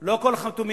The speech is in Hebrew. לא כל החתומים,